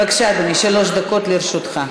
בבקשה, אדוני, שלוש דקות לרשותך.